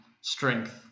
strength